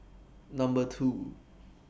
Number two